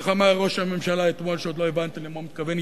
איך אמר ראש הממשלה אתמול שעוד לא הבנתי למה הוא מתכוון,